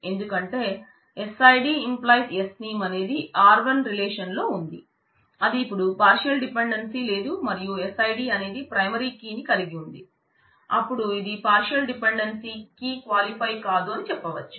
అపుడు ఇది partial dependency కీ క్వాలిఫై కాదు అని చెప్పవచ్చు